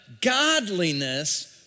godliness